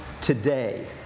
today